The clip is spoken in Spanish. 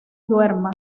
duerma